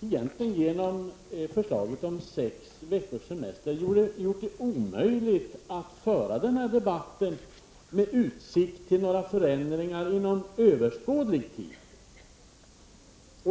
genom förslaget om sex veckors semester gjort det omöjligt att föra denna debatt med utsikt till några förändringar inom överskådlig tid.